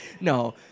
no